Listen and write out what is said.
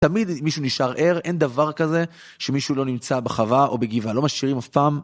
תמיד מישהו נשאר ער, אין דבר כזה שמישהו לא נמצא בחווה או בגבעה, לא משאירים אף פעם.